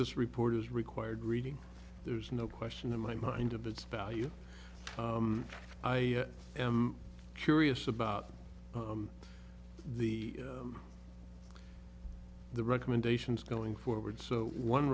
this report is required reading there's no question in my mind of its value i am curious about the the recommendations going forward so one